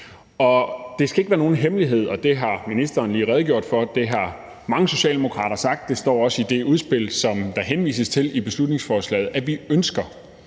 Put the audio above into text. Det skal ikke være nogen hemmelighed, og det har ministeren lige redegjort for, det har mange socialdemokrater sagt, og det står også i det udspil, som der henvises til i beslutningsforslaget, at vi ønsker